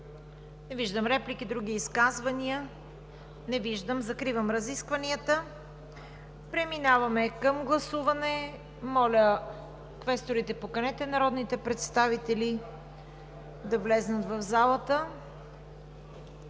Не виждам. Други изказвания? Не виждам. Закривам разискванията. Преминаваме към гласуване. Моля, квесторите, поканете народните представители да влязат в залата.